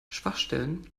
schwachstellen